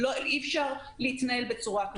לא שאני בעד זה, אבל אי אפשר להתנהל בצורה כזאת.